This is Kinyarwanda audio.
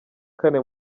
kane